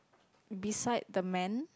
beside the man